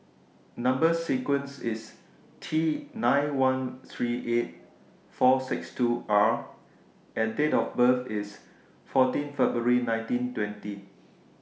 Number sequence IS T nine one three eight four six two R and Date of birth IS fourteen February nineteen twenty